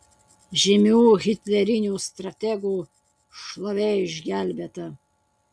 žymių hitlerinių strategų šlovė išgelbėta